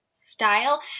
style